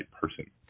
person